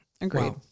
Agreed